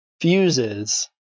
fuses